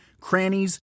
crannies